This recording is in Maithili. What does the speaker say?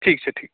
ठीक छै ठीक